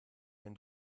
wenn